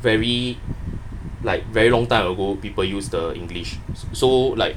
very like very like very long time ago people use the english so like